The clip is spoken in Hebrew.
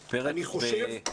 פרץ,